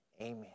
amen